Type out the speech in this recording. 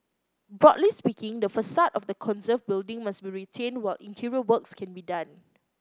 broadly speaking the facade of the conserved building must be retained while interior works can be done